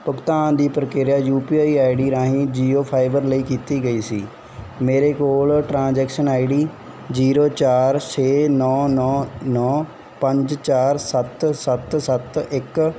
ਭੁਗਤਾਨ ਦੀ ਪ੍ਰਕਿਰਿਆ U P I I D ਰਾਹੀਂ ਜੀਓ ਫਾਈਬਰ ਲਈ ਕੀਤੀ ਗਈ ਸੀ ਮੇਰੇ ਕੋਲ ਟਰਾਂਜੈਕਸ਼ਨ ਆਈ ਡੀ ਜ਼ੀਰੋ ਚਾਰ ਛੇ ਨੌਂ ਨੌਂ ਨੌਂ ਪੰਜ ਚਾਰ ਸੱਤ ਸੱਤ ਸੱਤ ਇੱਕ